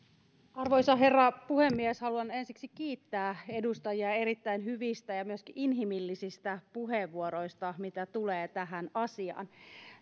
arvoisa herra puhemies haluan ensiksi kiittää edustajia erittäin hyvistä ja myöskin inhimillisistä puheenvuoroista mitä tulee tähän asiaan